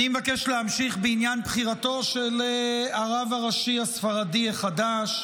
אני מבקש להמשיך בעניין בחירתו של הרב הראשי הספרדי החדש,